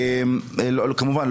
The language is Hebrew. כמובן,